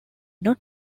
not